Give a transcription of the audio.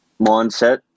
mindset